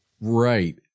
Right